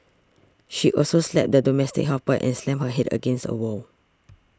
she also slapped the domestic helper and slammed her head against a wall